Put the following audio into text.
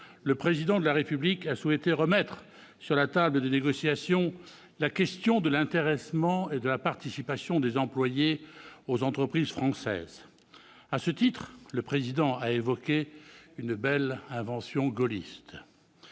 le Président de la République a souhaité remettre sur la table des négociations la question de l'intéressement et de la participation des employés aux entreprises françaises. À ce titre, le Président a évoqué une « belle invention gaulliste